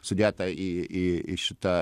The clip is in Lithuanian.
sudėta į į į šitą